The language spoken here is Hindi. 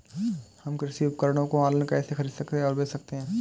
हम कृषि उपकरणों को ऑनलाइन कैसे खरीद और बेच सकते हैं?